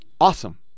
awesome